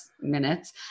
minutes